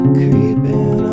creeping